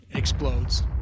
explodes